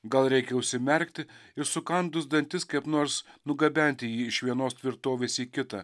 gal reikia užsimerkti ir sukandus dantis kaip nors nugabenti jį iš vienos tvirtovės į kitą